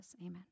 amen